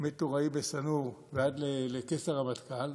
מטוראי בסנור ועד לכס הרמטכ"ל,